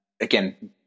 again